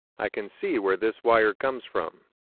i can see where this wire comes from.